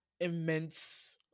immense